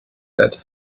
said